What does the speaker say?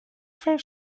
fait